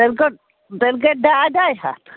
تیٚلہِ گوٚۄ تیٚلہِ گٔےَ ڈاے ڈاے ہَتھ